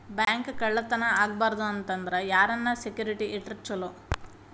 Bank ಕಳ್ಳತನಾ ಆಗ್ಬಾರ್ದು ಅಂತ ಅಂದ್ರ ಯಾರನ್ನ ಸೆಕ್ಯುರಿಟಿ ಇಟ್ರ ಚೊಲೊ?